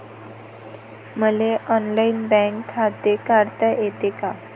मले online bank खाते काढता येते का?